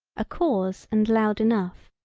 a cause and loud enough,